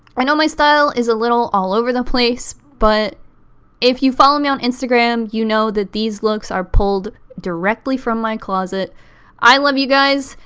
i know my style is a little all over the place but if you follow me on instagram, you know that these looks are pulled directly from my closet i love you guys.